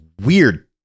weird